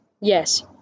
Yes